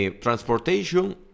Transportation